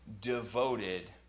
devoted